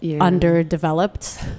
underdeveloped